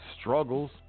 struggles